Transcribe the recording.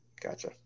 Gotcha